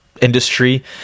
industry